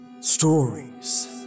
Stories